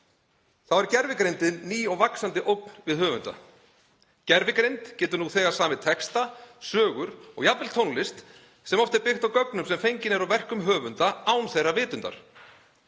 Þá er gervigreindin ný og vaxandi ógn við höfunda. Gervigreind getur nú þegar samið texta, sögur og jafnvel tónlist sem oft er byggt á gögnum sem fengin eru úr verkum höfunda án þeirra vitundar.